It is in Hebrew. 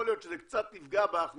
יכול להיות שזה קצת יפגע בהכנסות,